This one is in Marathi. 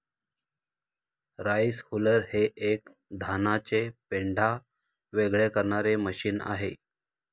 राईस हुलर हे एक धानाचे पेंढा वेगळे करणारे मशीन आहे